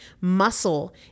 Muscle